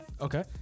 Okay